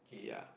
ya